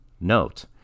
Note